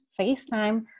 facetime